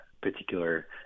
particular